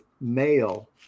male